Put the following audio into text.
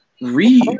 read